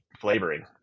flavoring